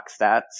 stats